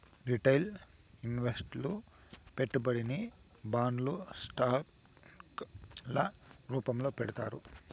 retail ఇన్వెస్టర్లు పెట్టుబడిని బాండ్లు స్టాక్ ల రూపాల్లో పెడతారు